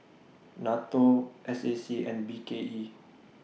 NATO S A C and B K E